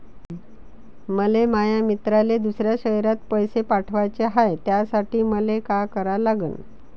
मले माया मित्राले दुसऱ्या शयरात पैसे पाठवाचे हाय, त्यासाठी मले का करा लागन?